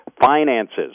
finances